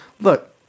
Look